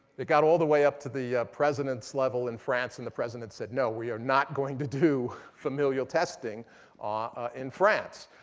it got all the way up to the president's level in france and the president said, no, we're not going to do familial testing ah in france.